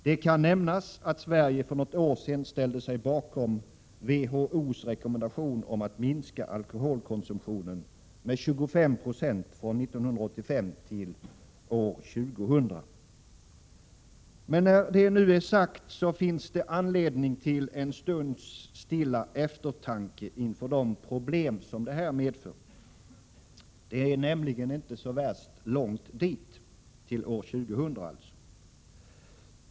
Det kan nämnas att Sverige för något år sedan ställde sig bakom WHO:s rekommendation om att minska alkoholkonsumtionen med 25 Jo från 1985 till år 2000. Men när detta är sagt finns det anledning till en stunds stilla eftertanke inför de problem som detta medför. Det är nämligen inte så värst långt dit — till år 2000.